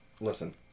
listen